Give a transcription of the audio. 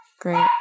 Great